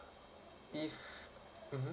if mmhmm